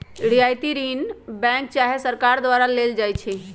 रियायती ऋण बैंक चाहे सरकार द्वारा देल जाइ छइ